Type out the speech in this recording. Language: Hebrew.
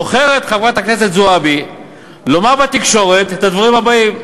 בוחרת חברת הכנסת זועבי לומר בתקשורת את הדברים הבאים,